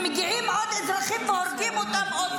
מגיעים עוד אזרחים ושוב הורגים אותם.